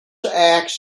acts